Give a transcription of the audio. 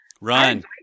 Run